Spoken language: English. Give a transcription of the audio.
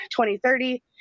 2030